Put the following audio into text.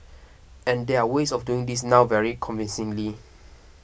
and there are ways of doing this now very convincingly